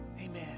Amen